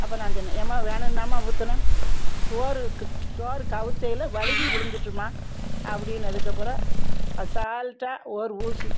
அப்போ நான் சொன்னேன் ஏம்மா வேணும்னாம்மா ஊத்துனேன் சோறுக்கு சோறு கவுத்தையில் வழுவி விழுந்துட்டும்மா அப்படினதுக்கு அப்புறம் அசால்டாக ஒர் ஊசி